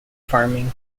farming